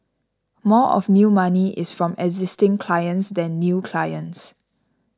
more of new money is from existing clients than new clients